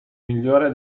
migliore